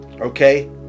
Okay